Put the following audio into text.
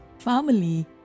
family